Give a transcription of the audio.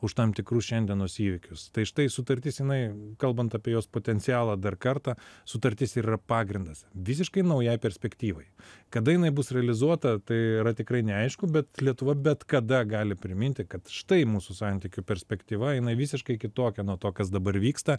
už tam tikrus šiandienos įvykius tai štai sutartis jinai kalbant apie jos potencialą dar kartą sutartis ir yra pagrindas visiškai naujai perspektyvai kada jinai bus realizuota tai yra tikrai neaišku bet lietuva bet kada gali priminti kad štai mūsų santykių perspektyva jinai visiškai kitokia nuo to kas dabar vyksta